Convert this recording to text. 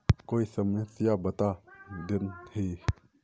कोई समस्या बता देतहिन?